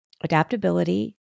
adaptability